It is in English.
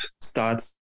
starts